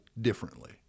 differently